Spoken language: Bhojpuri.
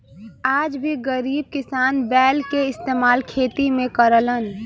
आज भी गरीब किसान बैल के इस्तेमाल खेती में करलन